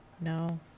No